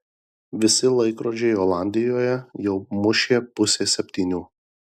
visi laikrodžiai olandijoje jau mušė pusę septynių